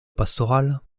pastorale